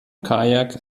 kajak